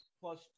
Plus